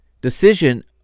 decision